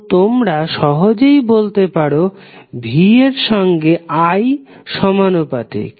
তো তোমরা সহজেই বলতে পারো V এর সঙ্গে I সমানুপাতিক